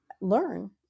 learn